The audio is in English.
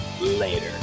later